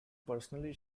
personally